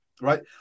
right